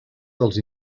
dels